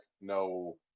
no